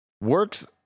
works